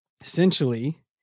essentially